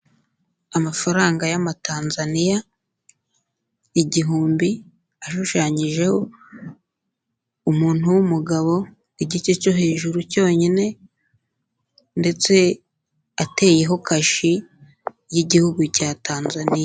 Amafaranga y'amatanzaniya igihumbi, ashushanyijeho umuntu w'umugabo, igice cyo hejuru cyonyine ndetse ateyeho kashi y'igihugu cya Tanzaniya.